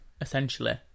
essentially